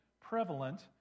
prevalent